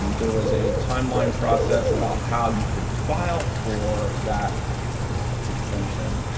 there was a timeline process about how you could file for that exemption.